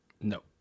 No